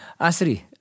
Asri